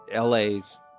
LA's